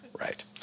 right